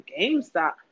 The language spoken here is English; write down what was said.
GameStop